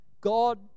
God